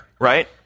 right